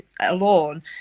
alone